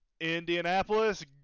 Indianapolis